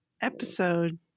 episode